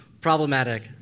problematic